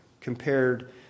compared